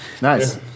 Nice